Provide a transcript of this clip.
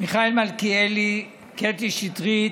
מלכיאלי, קטי שטרית,